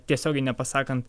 tiesiogiai nepasakant